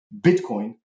Bitcoin